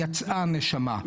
יצאה הנשמה.